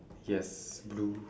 yes blue